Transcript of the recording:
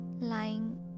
lying